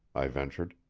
i ventured.